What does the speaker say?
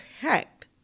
hacked